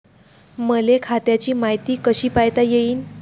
मले खात्याची मायती कशी पायता येईन?